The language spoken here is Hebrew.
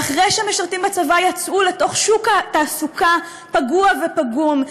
שאחרי שהם משרתים בצבא יצאו לתוך שוק התעסוקה הפגוע ופגום,